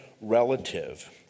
relative